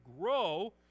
grow